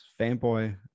fanboy